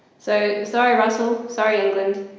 so sorry russell, sorry england.